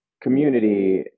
community